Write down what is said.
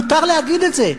מותר להגיד את זה,